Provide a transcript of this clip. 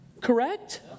Correct